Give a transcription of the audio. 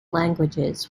languages